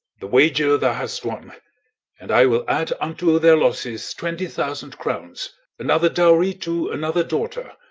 the wager thou hast won and i will add unto their losses twenty thousand crowns another dowry to another daughter,